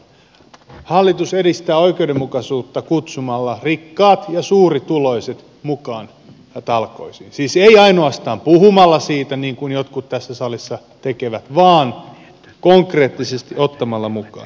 hallitus edistää oikeudenmukaisuutta kutsumalla rikkaat ja suurituloiset mukaan talkoisiin siis ei ainoastaan puhumalla siitä niin kuin jotkut tässä salissa tekevät vaan konkreettisesti ottamalla mukaan